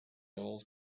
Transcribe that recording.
old